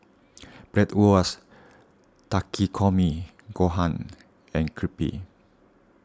Bratwurst Takikomi Gohan and Crepe